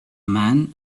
man